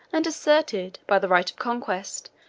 and asserted, by the right of conquest,